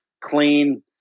clean